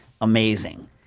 amazing